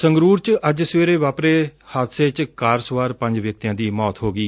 ਸੰਗਰੁਰ ਚ ਅੱਜ ਸਵੇਰੇ ਵਾਪਰੇ ਹਾਦਸੇ ਚ ਕਾਰ ਸਵਾਰ ਪੰਜ ਵਿਅਕਤੀਆਂ ਦੀ ਮੌਤ ਹੋ ਗਈ